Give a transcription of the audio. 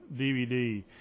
DVD